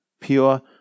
pure